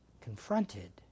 confronted